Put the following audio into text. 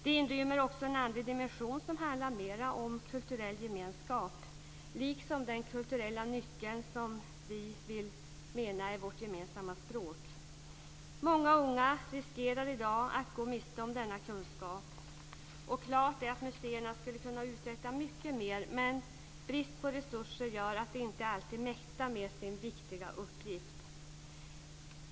Det inrymmer också en andlig dimension som handlar mer om kulturell gemenskap liksom den kulturella nyckeln som vi menar är vårt gemensamma språk. Många unga riskerar i dag att gå miste om denna kunskap. Klart är att museerna skulle kunna uträtta mycket mer, men brist på resurser gör att de inte alltid mäktar med sin viktiga uppgift.